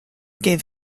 gave